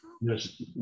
Yes